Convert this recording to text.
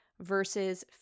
versus